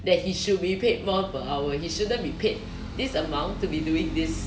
that he should be paid more per hour he shouldn't be paid this amount to be doing this